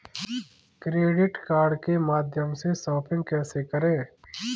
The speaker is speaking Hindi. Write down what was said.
क्रेडिट कार्ड के माध्यम से शॉपिंग कैसे करें?